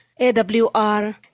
AWR